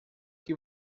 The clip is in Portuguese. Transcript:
que